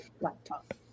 laptop